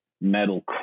metal